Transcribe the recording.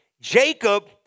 Jacob